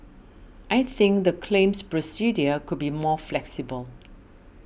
I think the claims procedure could be more flexible